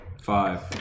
Five